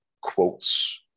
quotes